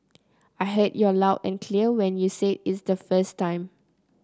I heard you loud and clear when you said it the first time